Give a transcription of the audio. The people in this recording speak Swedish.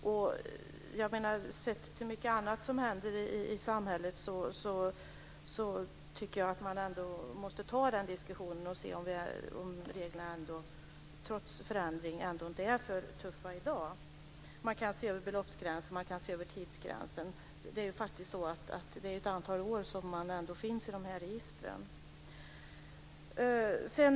Sett i relation till mycket annat som händer i samhället tycker jag att man måste ta denna diskussion och se om reglerna ändå inte, trots förändring, är för tuffa i dag. Man kan se över beloppsgränsen och tidsgränsen. Man finns faktiskt kvar i de här registren ett antal år.